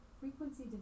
frequency